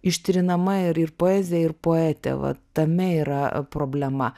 ištrinama ir ir poezija ir poetė va tame yra problema